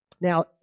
Now